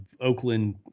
Oakland